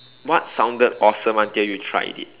what sounded awesome until you tried it